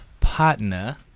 partner